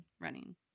running